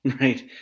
right